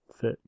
fit